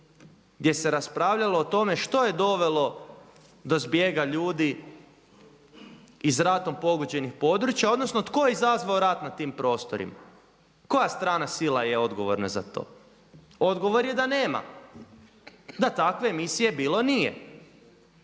gdje se raspravljalo o tome što je dovelo do zbjega ljudi iz ratom pogođenih područja odnosno tko je izazvao rat na tim prostorima, koja strana sila je odgovorna za to. Odgovor je da nema, da takve emisije bilo nije.